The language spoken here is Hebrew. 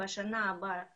בשנה הבאה בירושלים,